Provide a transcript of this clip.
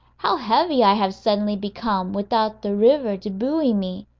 how heavy i have suddenly become without the river to buoy me!